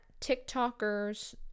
tiktokers